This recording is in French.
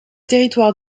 territoire